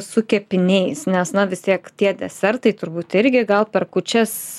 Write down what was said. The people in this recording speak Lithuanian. su kepiniais nes na vis tiek tie desertai turbūt irgi gal per kūčias